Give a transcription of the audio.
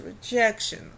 rejection